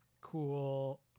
cool